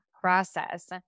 process